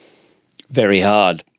very hard.